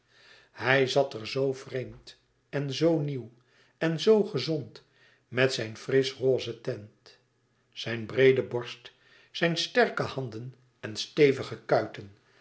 hij zat er zoo vreemd zoo nieuw en zoo gezond met zijn frisch roze teint zijn breede borst zijn sterke handen en stevige kuiten